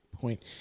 point